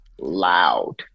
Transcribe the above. loud